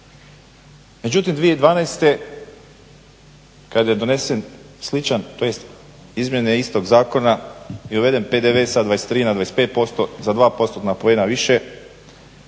Međutim 2012.kada je donesen sličan tj. izmjene istog zakona je uveden PDV sa 23 na 25% sa 2%-na poena više